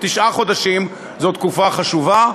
תשעה חודשים הם תקופה חשובה,